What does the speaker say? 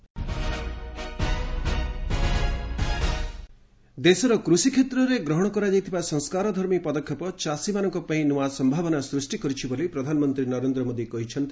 ମନ୍ କୀ ବାତ୍ ଦେଶର କୃଷିକ୍ଷେତ୍ରରେ ଗ୍ରହଣ କରାଯାଇଥିବା ସଂସ୍କାରଧର୍ମୀ ପଦକ୍ଷେପ ଚାଷୀମାନଙ୍କ ପାଇଁ ନୂଆ ସମ୍ଭାବନା ସ୍ପଷ୍ଟି କରିଛି ବୋଲି ପ୍ରଧାନମନ୍ତ୍ରୀ ନରେନ୍ଦ୍ର ମୋଦି କହିଛନ୍ତି